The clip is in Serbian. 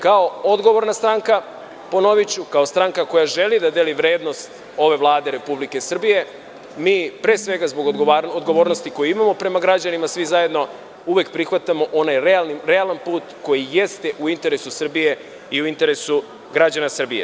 Kao odgovorna stranka, kao stranka koja želi da deli vrednost ove Vlade Republike Srbije, pre svega zbog odgovornosti koju imamo prema građanima svi zajedno, uvek prihvatamo onaj realan put koji jeste u interesu Srbije i u interesu građana Srbije.